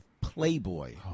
Playboy